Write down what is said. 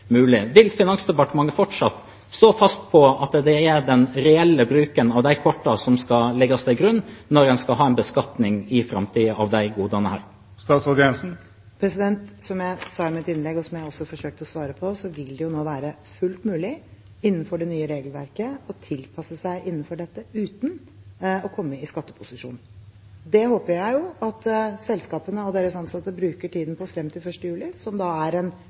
vil være praktisk mulig. Vil Finansdepartementet fortsatt stå fast på at det er den reelle bruken av disse kortene som skal legges til grunn når en i framtiden skal ha en beskatning av disse godene? Som jeg sa i mitt innlegg, og som jeg også forsøkte å svare på, vil det nå være fullt mulig innenfor det nye regelverket å tilpasse seg dette uten å komme i skatteposisjon. Det håper jeg at selskapene og deres ansatte bruker tiden på frem til 1. juli, som da er en